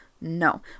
no